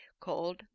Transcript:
called